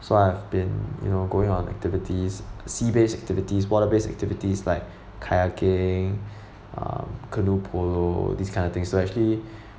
so I've been you know going on activities sea based activities water based activities like kayaking um canoe polo these kind of things to actually